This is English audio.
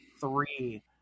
three